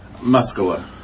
Muscular